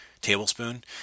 tablespoon